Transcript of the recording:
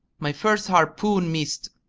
my first harpoon missed,